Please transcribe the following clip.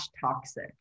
toxic